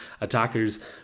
attackers